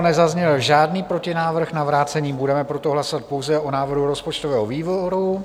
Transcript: Nezazněl žádný protinávrh na vrácení, budeme proto hlasovat pouze o návrhu rozpočtového výboru.